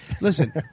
Listen